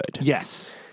Yes